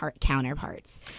counterparts